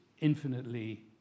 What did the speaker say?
infinitely